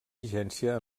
vigència